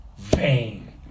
Vain